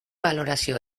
balorazio